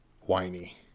whiny